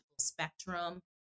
spectrum